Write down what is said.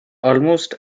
almost